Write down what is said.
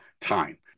time